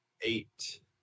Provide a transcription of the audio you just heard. Eight